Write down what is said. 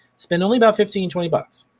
spend only about fifteen, twenty bucks.